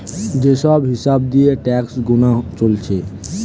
যে সব হিসাব দিয়ে ট্যাক্স গুনা চলছে